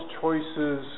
choices